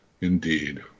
indeed